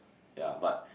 ya but